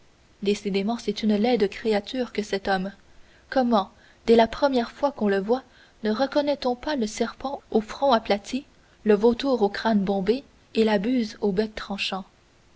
décidément c'est une laide créature que cet homme comment dès la première fois qu'on le voit ne reconnaît on pas le serpent au front aplati le vautour au crâne bombé et la buse au bec tranchant